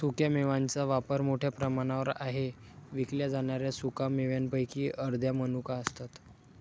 सुक्या मेव्यांचा वापर मोठ्या प्रमाणावर आहे विकल्या जाणाऱ्या सुका मेव्यांपैकी अर्ध्या मनुका असतात